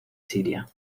siria